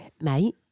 Mate